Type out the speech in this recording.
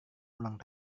ulang